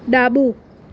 ડાબું